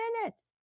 minutes